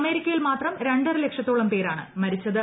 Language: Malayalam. അമേരിക്കയിൽ മാത്രം രണ്ടര ലക്ഷത്തോളം പേരാണ് മരിച്ചത്